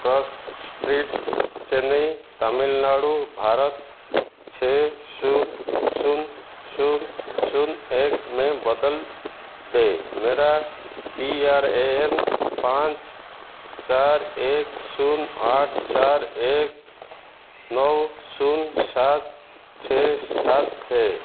कस street Chennai Tamil Nadu Bharat छः शून्य शून्य शून्य शून्य एक में बदल दें मेरा पी आर ए एन पाँच चार एक शून्य आठ चार एक नौ शून्य सात छः सात है